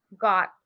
got